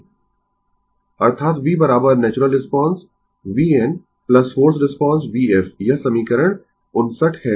Refer Slide Time 1231 अर्थात v natural response vn forced response vf यह समीकरण 59 है